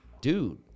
dude